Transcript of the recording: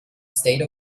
state